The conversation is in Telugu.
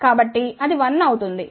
కాబట్టి అది 1 అవుతుంది